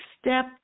step